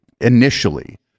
initially